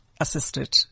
assisted